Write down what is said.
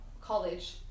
college